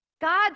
God